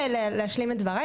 רק להשלים את דברי.